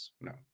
No